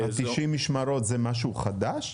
90 המשמרות זה משהו חדש?